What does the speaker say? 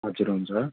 हजुर हुन्छ